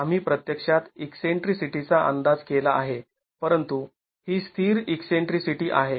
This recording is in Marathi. आम्ही प्रत्यक्षात ईकसेंट्रीसिटीचा अंदाज केला आहे परंतु ही स्थिर ईकसेंट्रीसिटी आहे